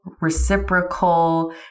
reciprocal